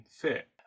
fit